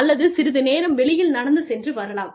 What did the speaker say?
அல்லது சிறிது நேரம் வெளியில் நடந்து சென்று வரலாம்